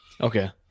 Okay